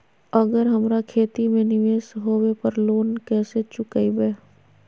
अगर हमरा खेती में निवेस होवे पर लोन कैसे चुकाइबे?